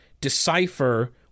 decipher